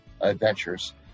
Adventures